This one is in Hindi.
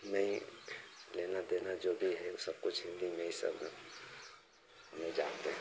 में ही लेना देना जो भी है वो सब कुछ हिन्दी में ही सब हम लोग जानते हैं